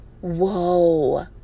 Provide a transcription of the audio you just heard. Whoa